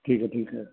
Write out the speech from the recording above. ਠੀਕ ਹੈ ਠੀਕ ਹੈ